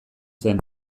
zen